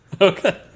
Okay